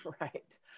right